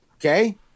Okay